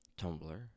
Tumblr